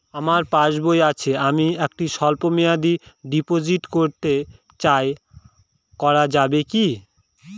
আমার পাসবই আছে আমি একটি স্বল্পমেয়াদি ডিপোজিট করতে চাই করা যাবে কি?